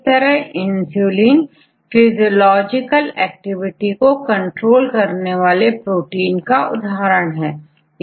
इस तरह insulin physiological activity को कंट्रोल करने वाले प्रोटीन का उदाहरण है